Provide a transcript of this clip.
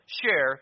share